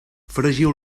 fregiu